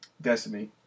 Destiny